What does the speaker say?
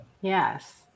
yes